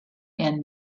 and